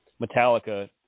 Metallica